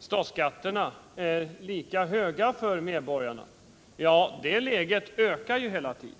statsskatt är lika höga hela tiden flyttas uppåt på inkomstskalan.